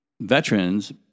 veterans